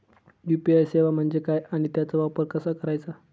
UPI सेवा म्हणजे काय आणि त्याचा वापर कसा करायचा?